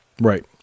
right